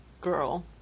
girl